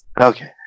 Okay